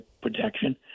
protection